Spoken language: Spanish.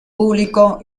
público